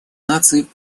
наций